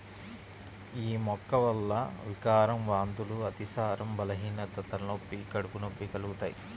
యీ మొక్క వల్ల వికారం, వాంతులు, అతిసారం, బలహీనత, తలనొప్పి, కడుపు నొప్పి కలుగుతయ్